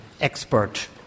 expert